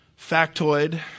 factoid